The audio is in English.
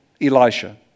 Elisha